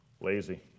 Lazy